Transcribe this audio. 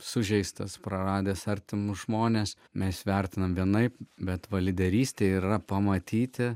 sužeistas praradęs artimus žmones mes vertinam vienaip bet va lyderystė yra pamatyti